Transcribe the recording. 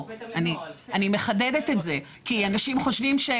אני מחדדת את זה כי אנשים חושבים,